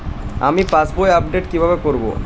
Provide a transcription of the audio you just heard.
আমি পাসবই আপডেট কিভাবে করাব?